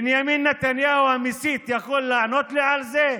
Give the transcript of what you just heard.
בנימין נתניהו המסית יכול לענות לי על זה?